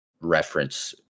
reference